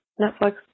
Netflix